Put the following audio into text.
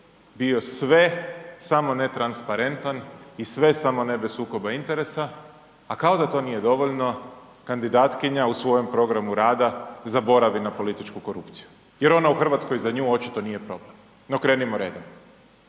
bio sve samo ne transparentan i sve samo ne bez sukoba interesa, a kao da to nije dovoljno kandidatkinja u svojem programu rada zaboravi na političku korupciju jer ona u Hrvatskoj za nju očito nije problem. No krenimo redom.